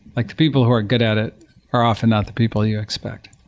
like the people who are good at it are often not the people you expect